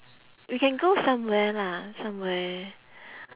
we can go somewhere lah somewhere